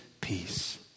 peace